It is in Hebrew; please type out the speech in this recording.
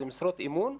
זה משרות אמון?